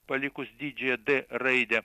palikus didžiąją d raidę